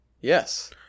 Yes